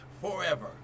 forever